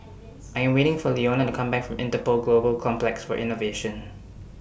I'm waiting For Leona to Come Back from Interpol Global Complex For Innovation